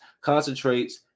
concentrates